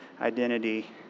identity